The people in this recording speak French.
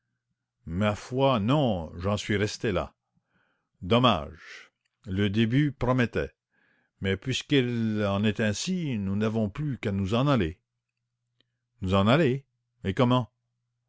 ma foi non j'en suis resté là dommage le début promettait mais puisqu'il en est ainsi nous n'avons plus qu'à nous en aller nous en aller et comment